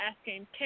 asking